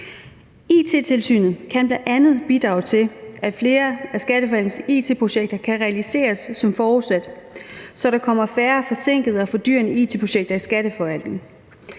It-tilsynet kan bl.a. bidrage til, at flere af skatteforvaltningens it-projekter kan realiseres som forudsat, så der kommer færre forsinkede og fordyrende it-projekter i skatteforvaltningen.